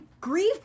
grieve